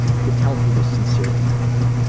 i could tell he was sincerely wounded.